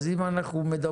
לכן אין שום בעיה של